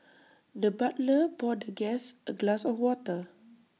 the butler poured the guest A glass of water